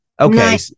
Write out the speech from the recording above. okay